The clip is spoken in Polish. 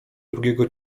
drugiego